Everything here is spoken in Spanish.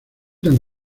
tan